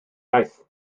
iaith